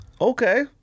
Okay